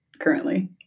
currently